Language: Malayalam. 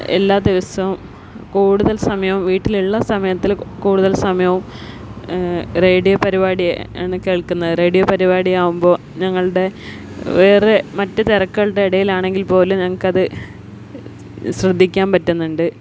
എല്ലാ ദിവസവും കൂടുതൽ സമയം വീട്ടിലുള്ള സമയത്തിൽ കൂടുതൽ സമയവും റേഡിയോ പരിപാടി ആണ് കേൾക്കുന്നത് റേഡിയോ പരിപാടിയാവുമ്പോൾ ഞങ്ങളുടെ വേറെ മറ്റു തിരക്കുകളുടെ ഇടയിൽ ആണെങ്കിൽ പോലും ഞങ്ങൾക്കത് ശ്രദ്ധിക്കാൻ പറ്റുന്നുണ്ട്